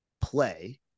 play